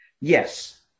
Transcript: Yes